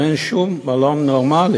ואין שום מקום נורמלי,